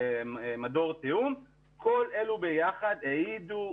כל אלה ביחד העידו,